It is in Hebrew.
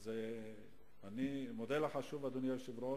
אני מודה לך שוב, אדוני היושב-ראש,